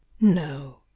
no